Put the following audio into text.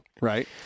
right